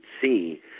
see